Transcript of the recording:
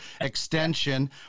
extension